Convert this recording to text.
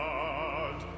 God